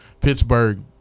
Pittsburgh